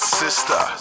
sister